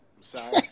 Sorry